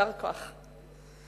יישר כוח.